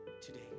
today